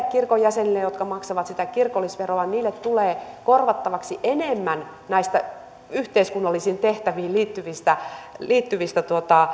kirkon jäsenille jotka maksavat sitä kirkollisveroa tulee korvattavaksi enemmän näistä yhteiskunnallisiin tehtäviin liittyvistä liittyvistä